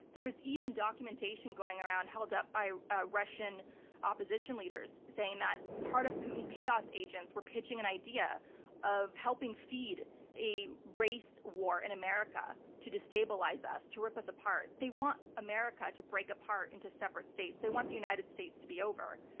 there is even documentation going around held up by russian opposition leaders saying that part of putin's chaos agents were pitching an idea of helping feed a race war in america to destabilize us, to rip us apart. they want america to break apart into separate states. they want the united states to be over.